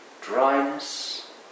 dryness